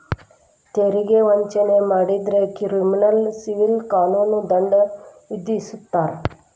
ತೆರಿಗೆ ವಂಚನೆ ಮಾಡಿದ್ರ ಕ್ರಿಮಿನಲ್ ಸಿವಿಲ್ ಕಾನೂನು ದಂಡ ವಿಧಿಸ್ತಾರ